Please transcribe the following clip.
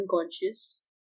unconscious